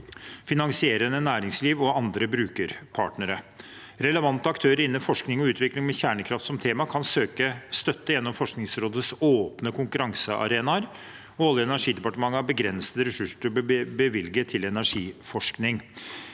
finansierende næringsliv og andre brukerpartnere. Relevante aktører innen forskning og utvikling med kjernekraft som tema kan søke støtte gjennom Forskningsrådets åpne konkurransearenaer. Olje- og energidepartementet har begrensede ressurser å bevilge til energiforskning.